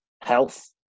health